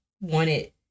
wanted